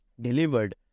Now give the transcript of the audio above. delivered